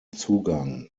zugang